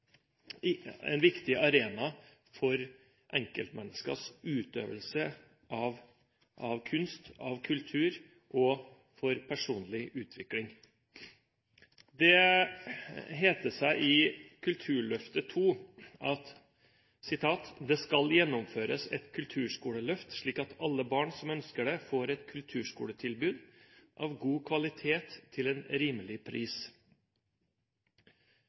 landet, en viktig arena for enkeltmenneskers utøvelse av kunst, av kultur og for personlig utvikling. Det heter i Kulturløftet II: «Det skal gjennomføres et kulturskoleløft slik at alle barn som ønsker det får et kulturskoletilbud av god kvalitet til en rimelig pris.»